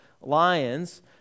lions